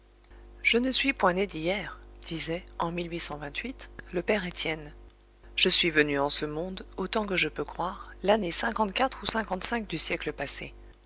je ne suis point né d'hier disait en le père étienne je suis venu en ce monde autant que je peux croire l'année ou du siècle passé